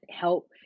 help